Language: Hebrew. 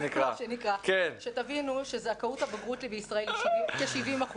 שתבינו שהזכאות לבגרות בישראל היא כ-70%.